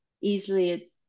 easily